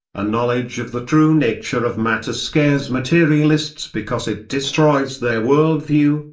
a knowledge of the true nature of matter scares materialists because it destroys their worldview,